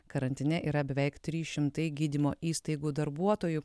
karantine yra beveik trys šimtai gydymo įstaigų darbuotojų